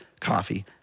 coffee